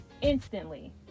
instantly